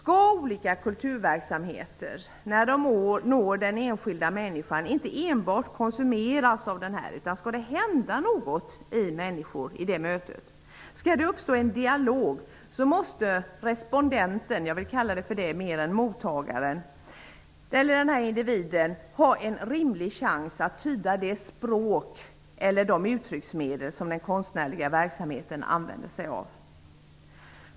Om olika kulturverksamheter när de når den enskilda människan inte enbart skall konsumeras av denna, om det skall hända något i människor i det mötet, uppstå en dialog, måste respondenten -- jag vill hellre säga det än mottagaren -- eller individen ha en rimlig chans att tyda det ''språk'' eller de uttrycksmedel som den konstnärliga verksamheten använder sig av.